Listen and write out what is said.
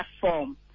platform